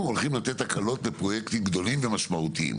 אנחנו הולכים לתת הקלות בפרויקטים גדולים ומשמעותיים.